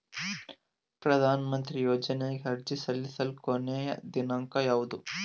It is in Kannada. ಪ್ರಧಾನ ಮಂತ್ರಿ ಯೋಜನೆಗೆ ಅರ್ಜಿ ಸಲ್ಲಿಸಲು ಕೊನೆಯ ದಿನಾಂಕ ಯಾವದು?